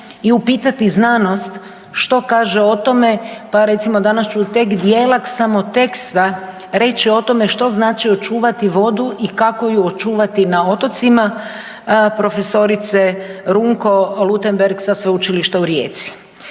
i upitati znanost što kaže o tome pa recimo danas su tek dijelak samo teksta reći o tome što znači očuvati vodu i kako ju očuvati na otocima profesorice Runko Luttenberger sa Sveučilišta u Rijeci.